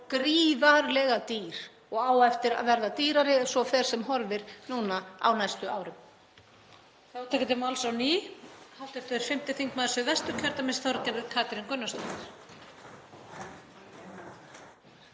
gríðarlega dýr og á eftir að verða dýrari ef svo fer fram sem horfir á næstu árum.